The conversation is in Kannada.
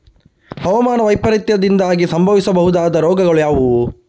ಹವಾಮಾನ ವೈಪರೀತ್ಯದಿಂದಾಗಿ ಸಂಭವಿಸಬಹುದಾದ ರೋಗಗಳು ಯಾವುದು?